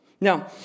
Now